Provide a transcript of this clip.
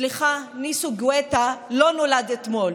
סליחה, ניסו גואטה לא נולד אתמול.